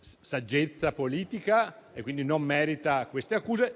saggezza politica e quindi non merita quelle accuse.